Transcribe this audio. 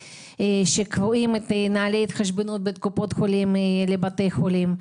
שקובעים את נהלי ההתחשבנות בין קופות החולים לבתי החולים.